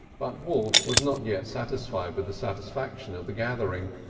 but wolf was not yet satisfied with the satisfaction of the gathering.